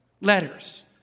Letters